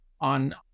on